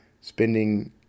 spending